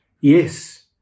Yes